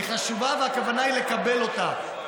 היא חשובה, והכוונה היא לקבל אותה.